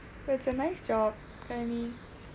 it's a nice job I mean